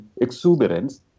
exuberance